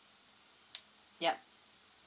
yup